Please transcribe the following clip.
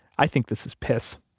i think this is piss.